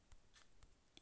ई व्यापार से जुड़ल सवाल?